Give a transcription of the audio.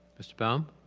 mr. baum?